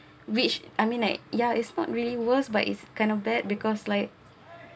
which I mean like ya it's not really worse but it's kind of bad because like